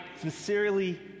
sincerely